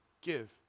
give